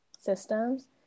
systems